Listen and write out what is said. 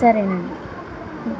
సరే అండి